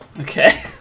Okay